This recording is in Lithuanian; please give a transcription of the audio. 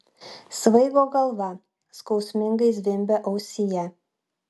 svaigo galva skausmingai zvimbė ausyje